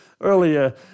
earlier